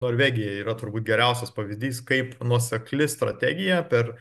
norvegija yra turbūt geriausias pavyzdys kaip nuosekli strategija per